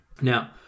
Now